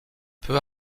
peu